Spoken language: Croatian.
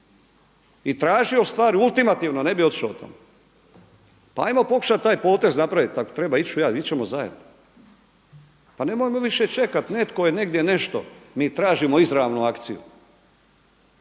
i tražio ustvari ultimativno, ne bi otišao otamo. Pa ajmo pokušati taj potez napraviti, ako treba ići ću i ja, ići ćemo zajedno. Pa nemojmo više čekati, netko je negdje nešto, mi tražimo izravno akciju.